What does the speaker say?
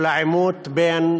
ושל העימות בין